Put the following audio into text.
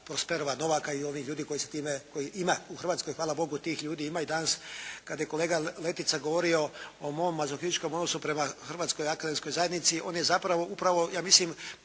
Posperova Novaka i onih ljudi koji se time, kojih ima, u Hrvatskoj hvala Bogu tih ljudi ima i danas. Kada je kolega Letica govorio o mom mazofističkom odnosu prema Hrvatskoj akademskoj zajednici on je zapravo upravo ja mislim